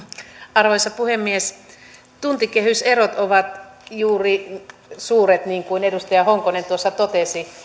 arvoisa puhemies juuri tuntikehyserot ovat suuret niin kuin edustaja honkonen tuossa totesi